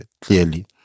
clearly